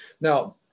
Now